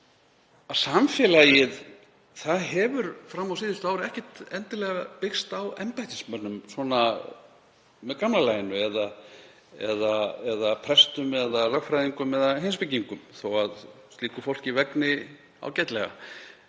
að samfélagið hefur fram á síðustu ár ekkert endilega byggst á embættismönnum svona með gamla laginu eða prestum eða lögfræðingum eða heimspekingum þó að slíku fólki vegni ágætlega.